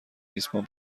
ریسمان